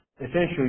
essentially